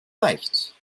leicht